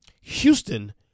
Houston